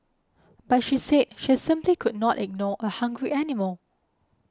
but she say she simply could not ignore a hungry animal